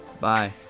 Bye